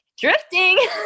drifting